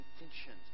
intentions